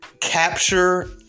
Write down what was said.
capture